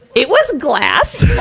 it was glass.